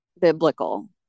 biblical